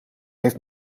heeft